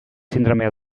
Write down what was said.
sindromea